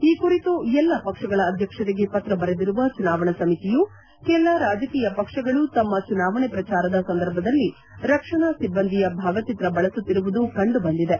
ಈ ಕುರಿತು ಎಲ್ಲ ಪಕ್ಷಗಳ ಅಧ್ಯಕ್ಷರಿಗೆ ಪತ್ರ ಬರೆದಿರುವ ಚುನಾವಣಾ ಸಮಿತಿಯು ಕೆಲ ರಾಜಕೀಯ ಪಕ್ಷಗಳು ತಮ್ಮ ಚುನಾವಣೆ ಪ್ರಚಾರದ ಸಂದರ್ಭದಲ್ಲಿ ರಕ್ಷಣಾ ಸಿಬ್ಬಂದಿಯ ಭಾವಚಿತ್ರ ಬಳಸುತ್ತಿರುವುದು ಕಂಡು ಬಂದಿದೆ